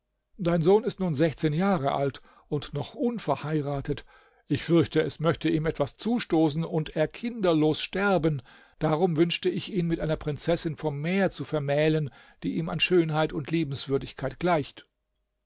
dein sohn ist nun sechzehn jahre alt und noch unverheiratet ich fürchte es möchte ihm etwas zustoßen und er kinderlos sterben darum wünschte ich ihn mit einer prinzessin vom meer zu vermählen die ihm an schönheit und liebenswürdigkeit gleicht